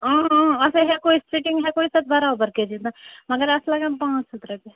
اۭں اۭں اَتھَے ہٮ۪کو أسۍ فِٹِنٛگ ہٮ۪کو أسۍ اَتھ برابر کٔرِتھ مگر اَتھ چھِ لَگان پانٛژھ ہَتھ رۄپیہِ